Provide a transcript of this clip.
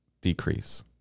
decrease